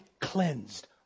cleansed